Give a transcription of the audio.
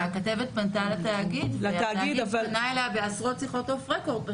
דווקא הכתבת פנתה לתאגיד והתאגיד פנה אליה בעשרות שיחות אוף רקורד.